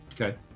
Okay